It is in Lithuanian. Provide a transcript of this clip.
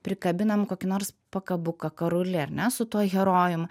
prikabinam kokį nors pakabuką karulį ar ne su tuo herojum